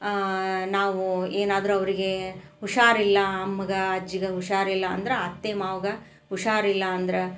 ನಾವು ಏನಾದರು ಅವ್ರಿಗೆ ಹುಷಾರಿಲ್ಲ ಅಮ್ಮಗೆ ಅಜ್ಜಿಗೆ ಹುಷಾರಿಲ್ಲ ಅಂದ್ರೆ ಅತ್ತೆ ಮಾವಗ ಹುಷಾರಿಲ್ಲ ಅಂದ್ರೆ